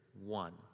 one